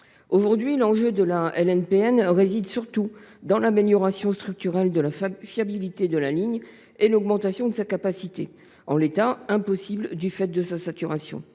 Aujourd’hui, l’enjeu de la LNPN réside surtout dans l’amélioration structurelle de la fiabilité de la ligne et l’augmentation de sa capacité, en l’état impossible du fait de sa saturation.